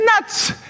nuts